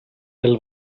will